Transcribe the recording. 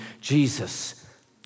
Jesus